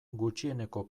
gutxieneko